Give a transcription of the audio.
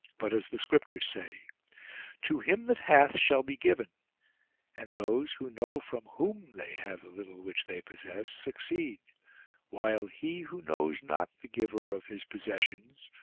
but as the scriptures say to him that hath shall be given and those, who know from whom they have the little which they possess, succeed while he who knows not the giver of his possessions,